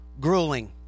grueling